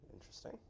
Interesting